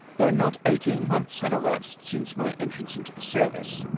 though not eighteen months had elapsed since my entrance into the service.